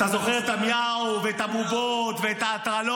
אתה יודע איפה הוועדות בכלל?